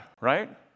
right